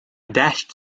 dashed